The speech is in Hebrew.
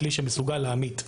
כלי שמסוגל להמית,